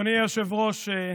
אדוני היושב-ראש,